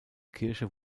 kirche